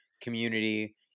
community